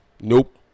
Nope